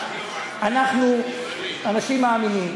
אנחנו אנשים מאמינים,